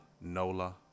Nola